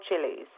chilies